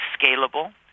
scalable